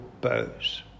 bows